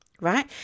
right